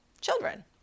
children